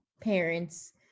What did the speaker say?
parents